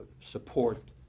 support